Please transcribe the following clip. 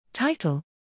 title